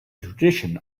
tradition